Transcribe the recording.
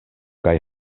kaj